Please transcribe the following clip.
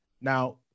Now